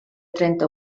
trenta